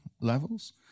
levels